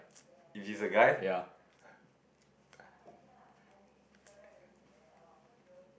ya